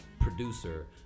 producer